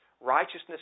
Righteousness